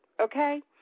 okay